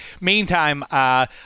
Meantime